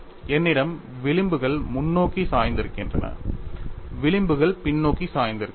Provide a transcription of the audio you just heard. என்னிடம் விளிம்புகள் முன்னோக்கி சாய்ந்திருக்கின்றன விளிம்புகள் பின்னோக்கி சாய்ந்திருக்கின்றன